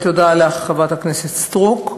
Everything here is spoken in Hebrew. תודה לך, חברת הכנסת סטרוק.